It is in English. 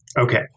Okay